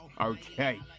Okay